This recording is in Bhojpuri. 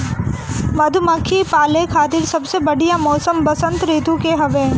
मधुमक्खी पाले खातिर सबसे बढ़िया मौसम वसंत ऋतू के हवे